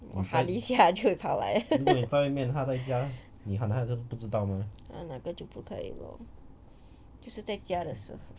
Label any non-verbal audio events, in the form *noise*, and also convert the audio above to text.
我喊一下就会跑来了 *laughs* ah 那个就不可以 lor 就是在家的时候